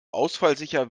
ausfallsicher